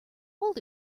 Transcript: hold